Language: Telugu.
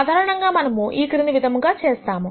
సాధారణంగా మనము ఈ క్రింది విధముగా చేస్తాము